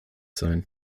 sein